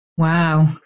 Wow